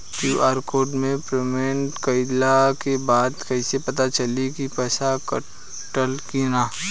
QR code से payment कईला के बाद कईसे पता चली की पैसा कटल की ना?